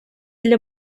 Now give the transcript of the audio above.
для